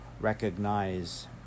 recognize